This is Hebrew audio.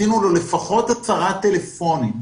עשינו לו לפחות הצהרה טלפונית